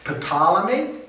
Ptolemy